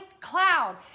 cloud